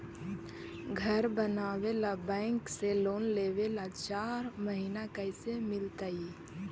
घर बनावे ल बैंक से लोन लेवे ल चाह महिना कैसे मिलतई?